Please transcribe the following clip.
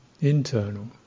Internal